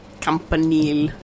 Campanile